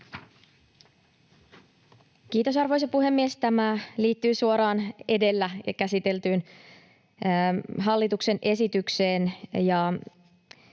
Kiitos, arvoisa puhemies! Tämä liittyy suoraan edellä käsiteltyyn hallituksen esitykseen,